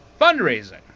fundraising